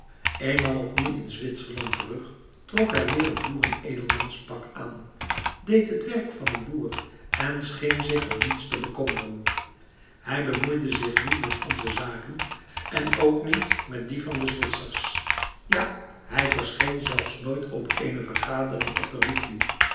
eenmaal opnieuw in zwitserland terug trok hij weer het boeren edelmanspak aan deed het werk van een boer en scheen zich om niets te bekommeren hij bemoeide zich niet met onze zaken en ook niet met die van de zwitsers ja hij verscheen zelfs nooit op eene vergadering op de